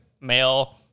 male